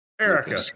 Erica